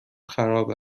خراب